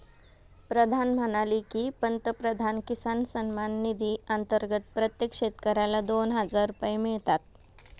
प्रधान म्हणाले की, पंतप्रधान किसान सन्मान निधी अंतर्गत प्रत्येक शेतकऱ्याला दोन हजार रुपये मिळतात